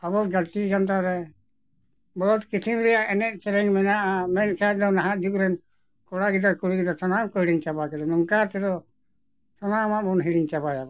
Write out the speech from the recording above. ᱟᱵᱚ ᱡᱟᱹᱛᱤ ᱡᱚᱱᱚᱛᱟ ᱨᱮ ᱵᱚᱦᱩᱛ ᱠᱤᱪᱷᱩ ᱨᱮᱭᱟᱜ ᱮᱱᱮᱡ ᱥᱮᱨᱮᱧ ᱢᱮᱱᱟᱜᱼᱟ ᱢᱮᱱᱠᱷᱟᱱ ᱫᱚ ᱱᱟᱦᱟᱜ ᱡᱩᱜᱽ ᱨᱮᱱ ᱠᱚᱲᱟ ᱜᱤᱫᱟᱹᱨ ᱠᱩᱲᱤ ᱜᱤᱫᱽᱨᱟᱹ ᱥᱟᱱᱟᱢ ᱠᱚ ᱦᱤᱲᱤᱧ ᱪᱟᱵᱟ ᱠᱮᱫᱟ ᱱᱚᱝᱠᱟ ᱛᱮᱫᱚ ᱥᱟᱱᱟᱢᱟᱜ ᱵᱚᱱ ᱦᱤᱲᱤᱧ ᱪᱟᱵᱟᱭᱟᱵᱚᱱ